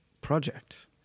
project